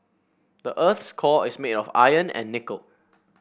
the earth's core is made of iron and nickel